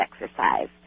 exercise